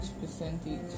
percentage